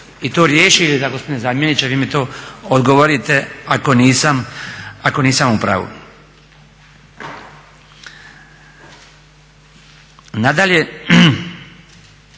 i to riješi ili da gospodine zamjeniče vi mi to odgovorite ako nisam u pravu. Nadalje,